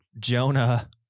Jonah